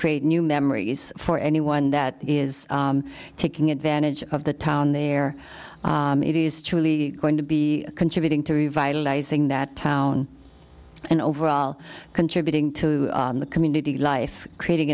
create new memories for anyone that is taking advantage of the town there it is truly going to be contributing to revitalizing that town and overall contributing to the community life creating